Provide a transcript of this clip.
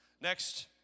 Next